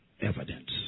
evidence